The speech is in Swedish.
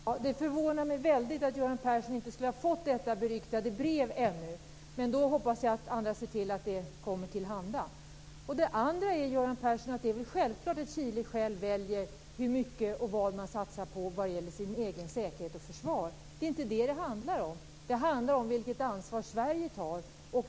Herr talman! Det förvånar mig väldigt att Göran Persson inte skulle ha fått detta beryktade brev ännu, men jag hoppas att andra ser till att det kommer till handa. Det är självklart att Chile självt väljer hur mycket och vad man satsar på vad gäller landets säkerhet och försvar. Det är inte detta det handlar om, det handlar om vilket ansvar Sverige tar.